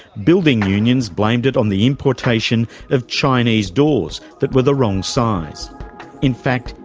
building unions blamed it on the importation of chinese doors that were the wrong size in fact,